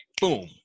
boom